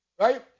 right